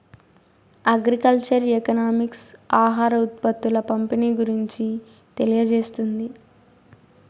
agriculture economics ఆహార ఉత్పత్తుల పంపిణీ గురించి తెలియజేస్తుంది